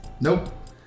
Nope